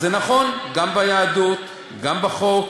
אז זה נכון גם ביהדות, ויש גם בחוק.